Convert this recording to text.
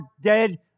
dead